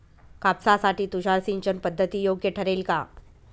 कापसासाठी तुषार सिंचनपद्धती योग्य ठरेल का?